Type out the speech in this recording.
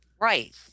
Right